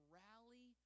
rally